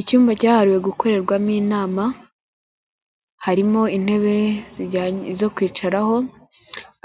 Icyumba cyahariwe gukorerwamo inama, harimo intebe zo kwicaraho,